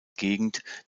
gegend